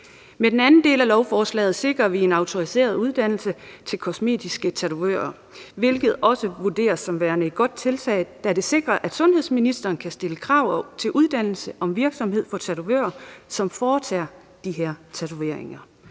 Med den anden del af lovforslaget sikrer vi en autoriseret uddannelse til kosmetiske tatovører, hvilket også vurderes som værende et godt tiltag, da det sikrer, at sundhedsministeren kan stille krav til uddannelse og virksomhed for tatovører, som foretager de her tatoveringer.